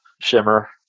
shimmer